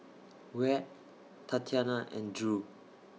Wyatt Tatyana and Drew